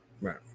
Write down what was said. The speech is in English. Right